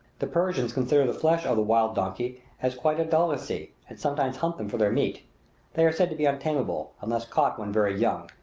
the persians consider the flesh of the wild donkey as quite a delicacy, and sometimes hunt them for their meat they are said to be untamable, unless caught when very young,